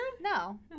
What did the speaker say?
No